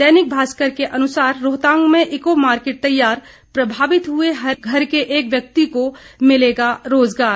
दैनिक भास्कर के अनुसार रोहतांग में ईको मार्केट तैयार प्रभावित हुए हर घर के एक व्यक्ति को मिलेगा रोजगार